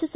S